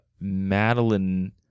Madeline